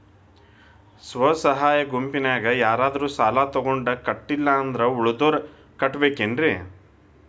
ಸ್ವ ಸಹಾಯ ಗುಂಪಿನ್ಯಾಗ ಯಾರಾದ್ರೂ ಸಾಲ ತಗೊಂಡು ಕಟ್ಟಿಲ್ಲ ಅಂದ್ರ ಉಳದೋರ್ ಕಟ್ಟಬೇಕೇನ್ರಿ?